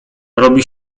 robi